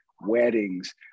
weddings